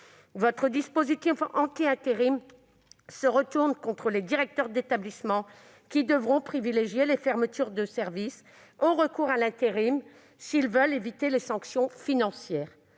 Votre dispositif anti-intérim se retourne contre les directeurs d'établissement, qui devront fermer des services plutôt que recourir à l'intérim s'ils veulent éviter les sanctions financières.